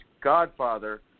godfather